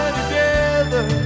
together